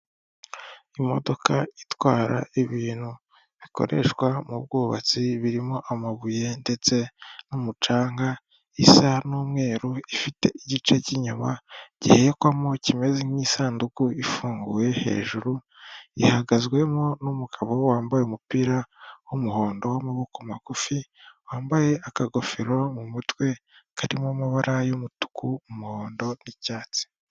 Imodoka itwara ibintu bikoreshwa mu bwubatsi birimo amabuye ndetse n'umucanga isa n'umweru ifite igice cy'inyuma gihekwamo kimeze nk'isanduku ifunguye, hejuru gihagazwemo n'umugabo wambaye umupira w'umuhondo w'amaboko magufi, wambaye akagofero mu mutwe karimo amabara y'umutuku, umuhondo n'icyatsi.